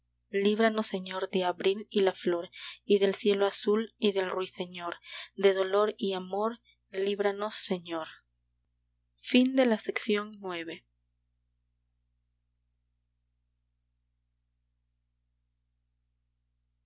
líbranos señor de abril y la flor y del cielo azul y del ruiseñor de dolor y amor líbranos señor xi